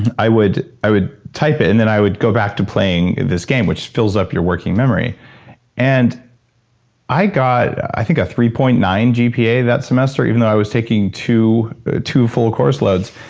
i would i would type it in, and then i would go back to playing this game, which fills up your working memory and i got, i think, a three point nine gpa that semester, even though i was taking two two full course loads.